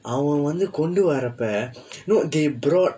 அவன் வந்து கொண்டு வரப்ப:avan vandthu kondu varappa no they brought